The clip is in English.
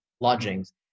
lodgings